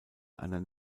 einer